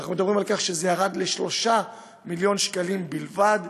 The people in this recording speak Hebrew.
אנחנו מדברים על כך שזה ירד ל-3 מיליון שקלים בלבד.